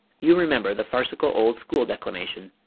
you remember the farcical old school declamation,